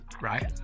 right